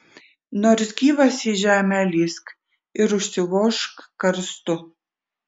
nors gyvas į žemę lįsk ir užsivožk karstu